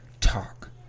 talk